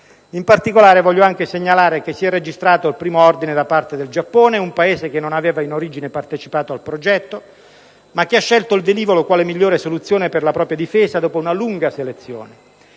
in particolare che si è registrato il primo ordine da parte del Giappone, un Paese che non aveva in origine partecipato al progetto, ma che ha scelto il velivolo quale migliore soluzione per la propria difesa dopo una lunga selezione.